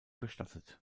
bestattet